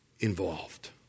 Involved